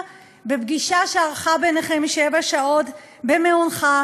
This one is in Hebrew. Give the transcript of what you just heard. בפגישה ביניכם שארכה שבע שעות במעונך,